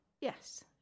yes